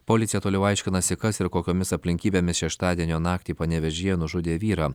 policija toliau aiškinasi kas ir kokiomis aplinkybėmis šeštadienio naktį panevėžyje nužudė vyrą